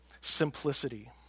simplicity